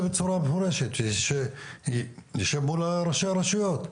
בצורה מפורשת שנשב מול ראשי הרשויות.